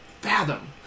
fathom